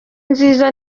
nziza